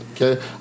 okay